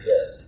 Yes